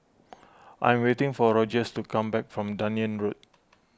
I am waiting for Rogers to come back from Dunearn Road